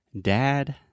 Dad